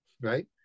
right